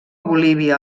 bolívia